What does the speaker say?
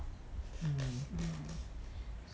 mm